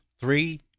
three